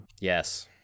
yes